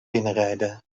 binnenrijden